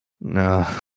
No